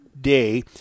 day